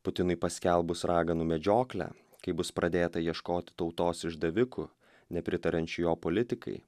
putinui paskelbus raganų medžioklę kai bus pradėta ieškoti tautos išdavikų nepritariančių jo politikai